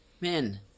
men